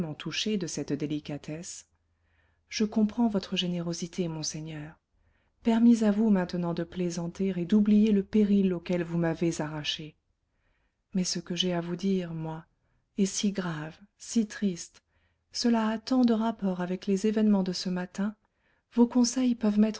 touchée de cette délicatesse je comprends votre générosité monseigneur permis à vous maintenant de plaisanter et d'oublier le péril auquel vous m'avez arrachée mais ce que j'ai à vous dire moi est si grave si triste cela a tant de rapport avec les événements de ce matin vos conseils peuvent